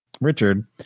richard